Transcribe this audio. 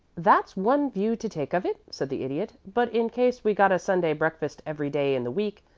that's one view to take of it, said the idiot. but in case we got a sunday breakfast every day in the week,